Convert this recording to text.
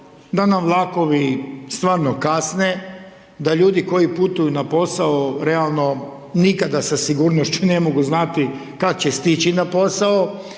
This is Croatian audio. da nam vlakovi stvarno kasne, da ljudi koji putuju na posao realno nikada sa sigurnošću ne mogu znati kad će stići na posao